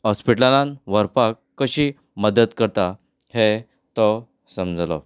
हॉस्पिटलांत व्हरपाक कशी मदत करता हें तो समजलो